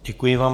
Děkuji vám.